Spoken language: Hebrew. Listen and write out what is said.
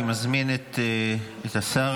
אני מזמין את השר.